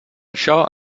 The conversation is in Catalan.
això